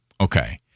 Okay